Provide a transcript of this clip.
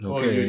Okay